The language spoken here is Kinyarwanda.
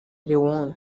leone